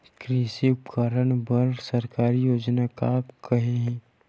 कृषि उपकरण बर सरकारी योजना का का हे?